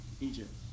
Egypt